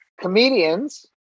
comedians